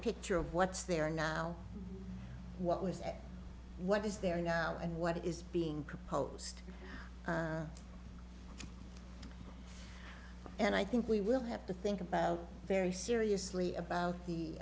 picture of what's there now what was at what is there now and what is being proposed and i think we will have to think about very seriously about the